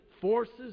forces